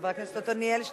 חבר הכנסת עתניאל שנלר,